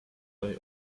lie